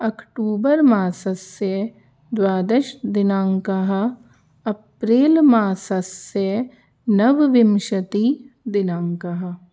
अक्टूबर् मासस्य द्वादशदिनाङ्कः अप्रैल मासस्य नवविंशतिदिनाङ्कः